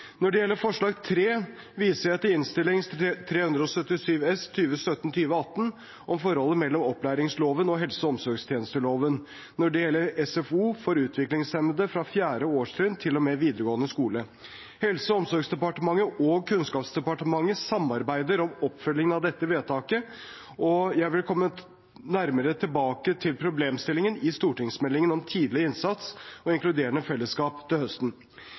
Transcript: Når det gjelder forslag nr. 3, viser jeg også til Innst. 377 S for 2017– 2018, om forholdet mellom opplæringsloven og helse- og omsorgstjenesteloven når det gjelder SFO for utviklingshemmede fra 4. årstrinn til og med videregående skole. Helse- og omsorgsdepartementet og Kunnskapsdepartementet samarbeider om oppfølgingen av dette vedtaket, og jeg vil komme nærmere tilbake til problemstillingen i stortingsmeldingen om tidlig innsats og inkluderende fellesskap til høsten.